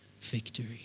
victory